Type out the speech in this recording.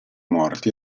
morti